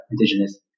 indigenous